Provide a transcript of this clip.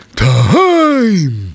time